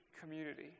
community